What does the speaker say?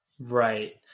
Right